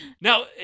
Now